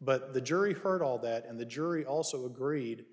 but the jury heard all that and the jury also agreed